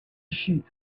sheet